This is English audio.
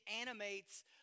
animates